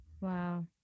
Wow